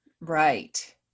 Right